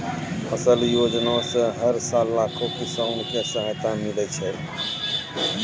फसल योजना सॅ हर साल लाखों किसान कॅ सहायता मिलै छै